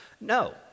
no